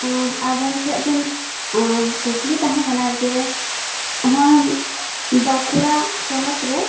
ᱟᱸᱦ ᱟᱵᱮᱱ ᱴᱷᱮᱱ ᱢᱤᱫ ᱴᱮᱱ ᱟᱸ ᱠᱩᱠᱞᱤ ᱛᱟᱦᱮᱸ ᱠᱟᱱᱟ ᱡᱮ ᱦᱚᱸᱱ ᱵᱟᱸᱠᱩᱲᱟ ᱦᱚᱱᱚᱛ ᱨᱮ